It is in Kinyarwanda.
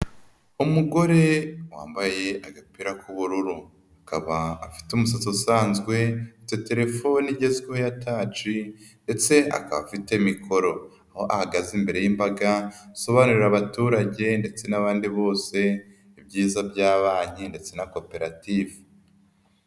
Umugore wambaye agapira k'ubururu, akaba afite umusatsi usanzwe, afite telefone igezweho ya taci ndetse akaba afite mikoro, aho ahagaze imbere y'imbaga asobanurira abaturage ndetse n'abandi bose ibyiza bya banki ndetse na koperative.